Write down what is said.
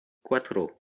cuatro